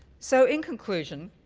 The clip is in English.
so in conclusion,